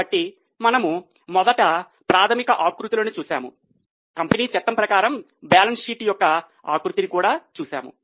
కాబట్టి మనము మొదట ప్రాథమిక ఆకృతులను చూశాము కంపెనీ చట్టం ప్రకారం బ్యాలెన్స్ షీట్ యొక్క ఆకృతిని కూడా చూశాము